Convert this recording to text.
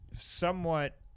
somewhat